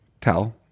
Tell